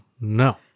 no